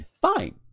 Fine